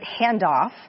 handoff